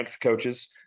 coaches